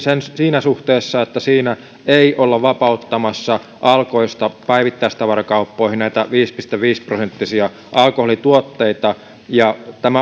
siinä suhteessa että siinä ei olla vapauttamassa alkoista päivittäistavarakauppoihin näitä viisi pilkku viisi prosenttisia alkoholituotteita